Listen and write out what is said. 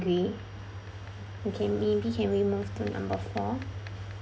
angry okay maybe can we move to number four